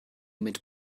mit